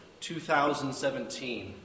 2017